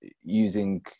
using